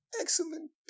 excellent